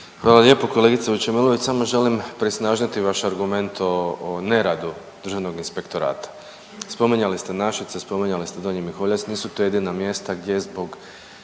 Hvala lijepo. Kolegice Vučemilović, samo želim prisnažiti vaš argument o neradu Državnog inspektorata. Spominjali ste Našice, spominjali ste Donji Miholjac. Nisu to jedina mjesta gdje zbog